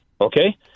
Okay